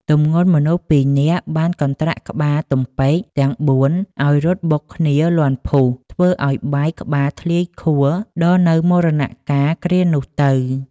ទម្ងន់មនុស្សពីរនាក់បានកន្ត្រាក់ក្បាល ទំពែក ទាំងបួនឱ្យរត់បុកគ្នាលាន់ភូស ធ្វើឱ្យបែក ក្បាលធ្លាយខួរដល់នូវមរណកាលគ្រានោះទៅ។